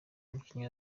umukinnyi